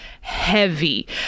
heavy